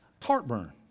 Heartburn